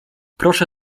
proszę